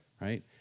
Right